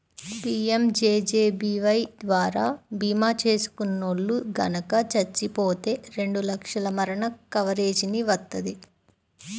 PMJJBY ద్వారా భీమా చేసుకున్నోల్లు గనక చచ్చిపోతే రెండు లక్షల మరణ కవరేజీని వత్తది